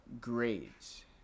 grades